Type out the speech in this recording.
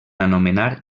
anomenar